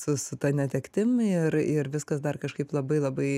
su su ta netektim ir ir viskas dar kažkaip labai labai